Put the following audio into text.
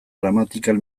gramatikal